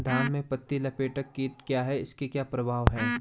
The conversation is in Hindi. धान में पत्ती लपेटक कीट क्या है इसके क्या प्रभाव हैं?